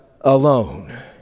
alone